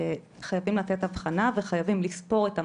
חייבים לתת אבחנה וחייבים לספור את המגעים.